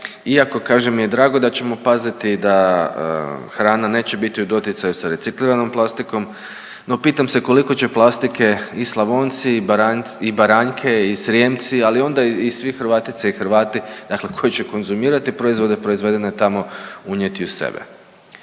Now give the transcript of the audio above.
iako kažem mi je drago da ćemo paziti da hrana neće biti u doticaju sa recikliranom plastikom, no pitam se koliko će plastike i Slavonci i Baranjci i Baranjke i Srijemci, ali onda i svi Hrvatice i Hrvati, dakle koji će konzumirati proizvode proizvedene tamo unijeti u sebe.